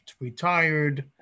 retired